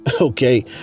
Okay